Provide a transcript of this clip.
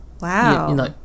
Wow